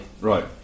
Right